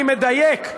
אני מדייק: